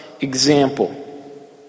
example